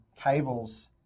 cables